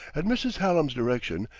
at mrs. hallam's direction,